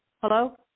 Hello